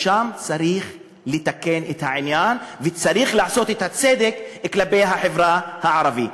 משם צריך לתקן את העניין וצריך לעשות את הצדק כלפי החברה הערבית.